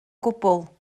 gwbl